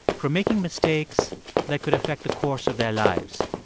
from making mistakes that could affect the course of their lives.